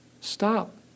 stop